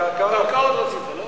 קרקעות רצית, לא?